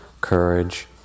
courage